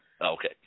Okay